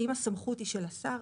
אם הסמכות היא של השר,